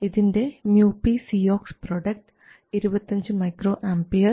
ഇതിൻറെ µpcox product 25 µAV2 ആണ്